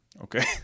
Okay